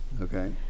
okay